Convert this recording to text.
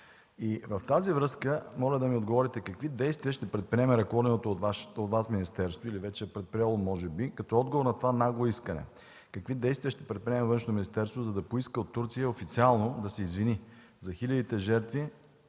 В тази връзка моля да ми отговорите: какви действия ще предприеме ръководеното от Вас министерство или вече е предприело, може би, като отговор на това нагло искане? Какви действия ще предприеме Външното министерство, за да поиска от Турция официално да се извини за хилядите жертви